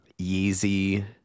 yeezy